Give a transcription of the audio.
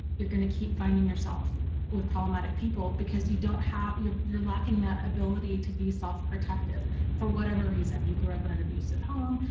you're going to keep finding yourself with column matic people because you don't have. you're you're lacking that ability to be self protective for whatever, reason you grew up in an abusive home,